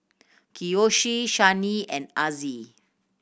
Kiyoshi Shani and Azzie